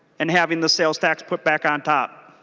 and having the sales tax put back on top?